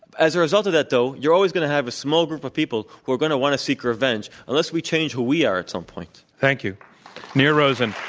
as a result of that, though, you're always going to have a small group of people who are going to want to seek revenge unless we change who we are at some point. thank you nir rosen.